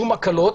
שום הקלות.